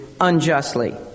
unjustly